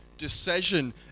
decision